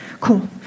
cool